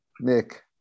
Nick